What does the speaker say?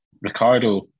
Ricardo